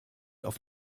auf